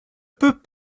peux